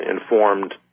informed